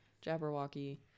jabberwocky